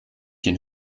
den